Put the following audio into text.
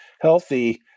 healthy